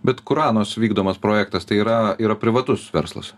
bet kuranos vykdomas projektas tai yra yra privatus verslas